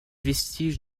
vestiges